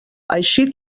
així